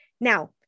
Now